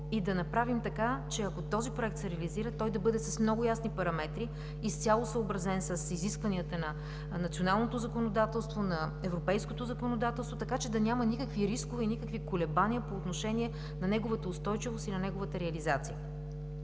и да направи така, че ако този Проект се реализира, той да бъде с много ясни параметри, изцяло съобразен с изискванията на националното законодателство, на европейското законодателство, така че да няма никакви рискове и никакви колебания по отношение на неговата устойчивост и на неговата реализация.